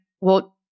well-